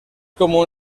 común